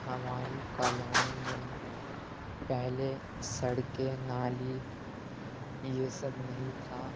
ہماری کالونی میں پہلے سڑکیں نالی یہ سب نہیں تھا